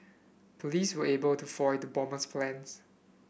police were able to foil the bomber's plans